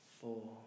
four